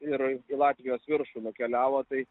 ir į latvijos viršų nukeliavo tai